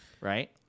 right